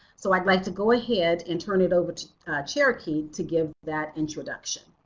so i'd like to go ahead and turn it over to cherokee to give that introduction.